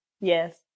Yes